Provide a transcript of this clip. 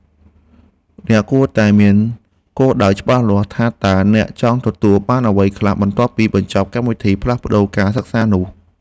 អ្នកគួរតែមានគោលដៅច្បាស់លាស់ថាតើអ្នកចង់ទទួលបានអ្វីខ្លះបន្ទាប់ពីបញ្ចប់កម្មវិធីផ្លាស់ប្តូរការសិក្សានោះ។